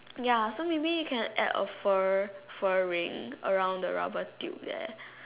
ya so maybe you can add a fur fur ring around the rubber tube there